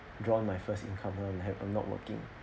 drawn my first income and I have not working